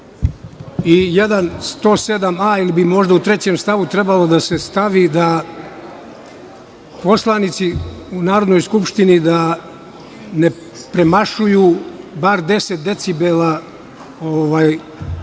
i jedan 107a, ili bi možda u trećem stavu trebalo da se stavi, da poslanici u Narodnoj skupštini ne premašuju bar 10 decibela galame